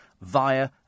via